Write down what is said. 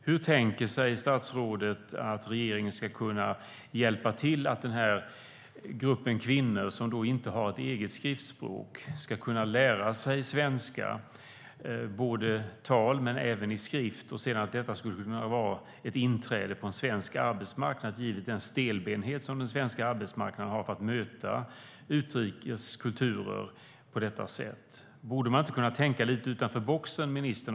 Hur tänker sig statsrådet att regeringen ska kunna hjälpa den grupp kvinnor som inte har ett eget skriftspråk, så att de kan lära sig svenska i tal men även i skrift och att detta sedan skulle kunna innebära ett inträde på svensk arbetsmarknad? Jag undrar över detta, givet den stelbenthet som den svenska arbetsmarknaden har i fråga om att möta utrikes kulturer på detta sätt. Borde man inte kunna tänka lite utanför boxen, ministern?